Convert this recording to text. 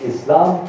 Islam